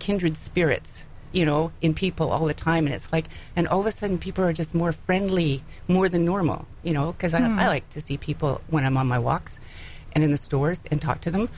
kindred spirits you know in people all the time and it's like and all of a sudden people are just more friendly more than normal you know because i don't like to see people when i'm on my walks and in the stores and talk to them